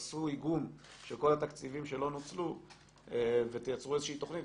תעשו איגום של כל התקציבים שלא נוצלו ותייצרו איזושהי תכנית?